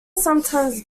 sometimes